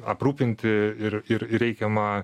aprūpinti ir ir reikiama